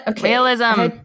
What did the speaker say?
Realism